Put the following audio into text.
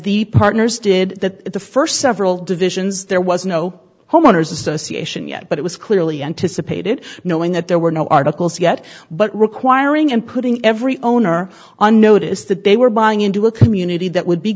the partners did that the first several divisions there was no homeowner's association yet but it was clearly anticipated knowing that there were no articles yet but requiring and putting every owner on notice that they were buying into a community that would be